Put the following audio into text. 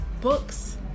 books